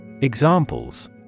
Examples